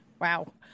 Wow